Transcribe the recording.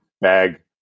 bag